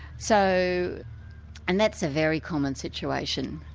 so and that's a very common situation.